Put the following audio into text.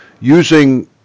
using